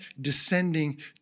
descending